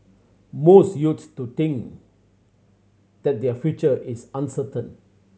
most youths to think that their future is uncertain